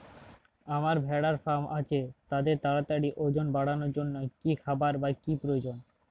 আমার ভেড়ার ফার্ম আছে তাদের তাড়াতাড়ি ওজন বাড়ানোর জন্য কী খাবার বা কী প্রয়োজন?